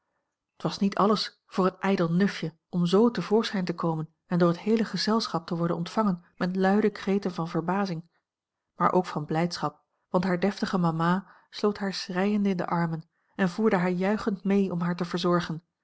t was niet alles voor een ijdel nufje om z te voorschijn te komen en door het heele gezelschap te worden ontvangen met luide kreten van verbazing maar ook van blijdschap want haar deftige mama sloot haar schreiende in de armen en voerde haar juichend mee om haar te verzorgen